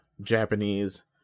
Japanese